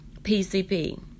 PCP